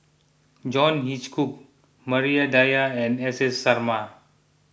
John Hitchcock Maria Dyer and S S Sarma